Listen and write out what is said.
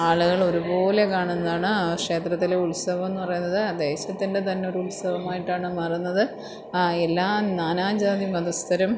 ആള്കളൊരുപോലെ കാണുന്നാണ് ആ ക്ഷേത്രത്തിലെ ഉത്സവം എന്ന് പറയുന്നത് ദേശത്തിന്റെ തന്നെ ഒരു ഉത്സവമായിട്ടാണ് മാറുന്നത് ആ എല്ലാ നാനാജാതി മതസ്ഥരും